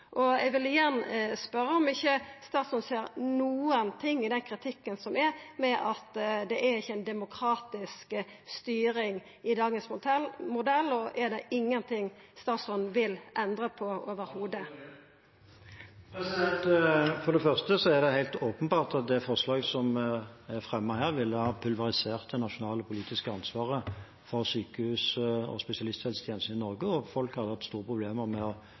Og eg vil igjen spørja om statsråden ikkje ser noko i kritikken om at det ikkje er ein demokratisk styring i dagens modell? Og er det ingenting i det heile som statsråden vil endra på? For det første er det helt åpenbart at det forslaget som er fremmet her, ville ha pulverisert det nasjonale politiske ansvaret for sykehus- og spesialisthelsetjenesten i Norge. Folk ville hatt store problemer med å